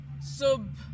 sub